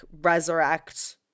resurrect